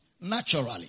naturally